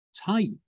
type